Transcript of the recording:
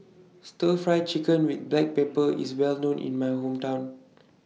Stir Fry Chicken with Black Pepper IS Well known in My Hometown